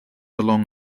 along